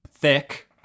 thick